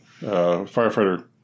Firefighter